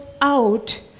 out